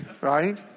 right